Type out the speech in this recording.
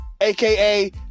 aka